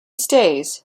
stays